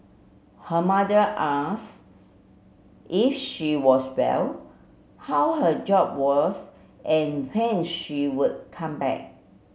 her mother ask if she was well how her job was and when she would come back